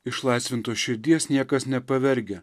išlaisvintos širdies niekas nepavergia